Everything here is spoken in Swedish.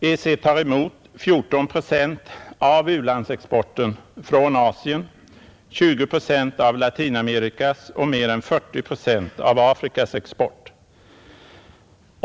EEC tar emot 14 procent av u-landsexporten från Asien, 20 procent av Latinamerikas och mer än 40 procent av Afrikas export.